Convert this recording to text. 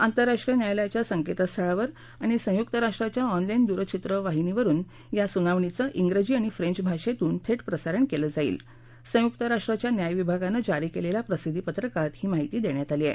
आंतरराष्ट्रीय न्यायालयाच्या संकेतस्थळावर आणि संयुक्त राष्ट्राच्या ऑनलाईन दुरचित्रवाहिनीवरुन या सुनावणीचं इंग्रजी आणि फ्रेंचभाषेमधून थेट प्रसारण केलं जाईल असं संयुक्त राष्ट्राच्या न्याय विभागानं जारी केलेल्या प्रसिद्दीपत्रकात म्हटलं आहे